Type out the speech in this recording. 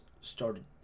started